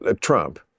Trump